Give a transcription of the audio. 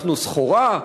אנחנו סחורה?